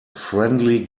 friendly